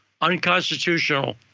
unconstitutional